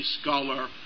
scholar